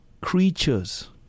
creatures